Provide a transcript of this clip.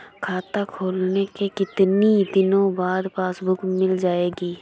खाता खोलने के कितनी दिनो बाद पासबुक मिल जाएगी?